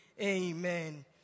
Amen